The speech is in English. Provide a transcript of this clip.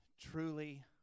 truly